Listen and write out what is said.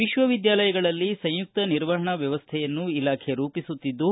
ವಿಶ್ವವಿದ್ಯಾಲಯಗಳಲ್ಲಿ ಸಂಯುಕ್ತ ನಿರ್ವಹಣಾ ವ್ಯವಸ್ಥೆಯನ್ನು ಇಲಾಖೆ ರೂಪಿಸುತ್ತಿದ್ದು